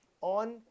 on